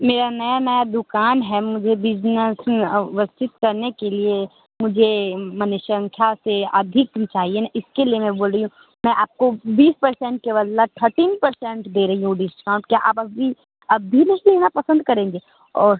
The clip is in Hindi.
मेरा नया नया दुकान है मुझे बिज़नेस स्थापित करने के लिए मुझे माने संख्या से अधिक में चाहिए न इसके लिए मैं बोल रही हूँ मैं आपको बीस परसेंट केवल या थर्टीन परसेंट दे रही हूँ डिस्काउंट क्या आप अभी अब भी नही लेना पसंद करेंगे और